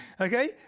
okay